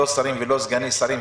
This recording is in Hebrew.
לא שרים ולא סגני שרים,